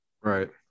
Right